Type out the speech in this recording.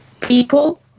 people